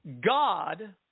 God